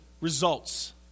results